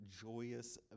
joyous